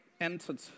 entered